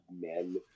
men